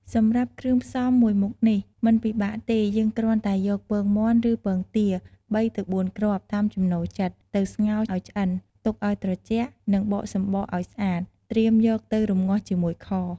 សម្រាប់គ្រឿងផ្សំមួយមុខនេះ មិនពិបាកទេ យើងគ្រាន់តែយកពងមាន់ ឬពងទា ៣ទៅ៤គ្រាប់ តាមចំណូលចិត្ត ទៅស្ងោរឱ្យឆ្អិន ទុកឱ្យត្រជាក់ និងបកសំបកឱ្យស្អាត ត្រៀមយកទៅរំងាស់ជាមួយខ។